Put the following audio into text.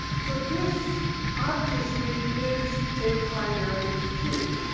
so this obviously is a primary too.